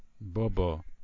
Bobo